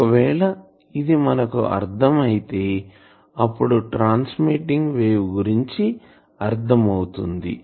ఒకవేళ ఇది మనకు అర్ధం అయితే అప్పుడు ట్రాన్స్మీట్టింగ్ వేవ్ గురించి అర్ధం అవుతుంది